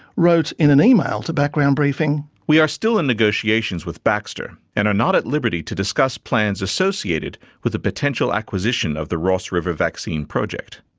wrote in an email to background briefing reading we are still in negotiations with baxter and are not at liberty to discuss plans associated with a potential acquisition of the ross river vaccine project.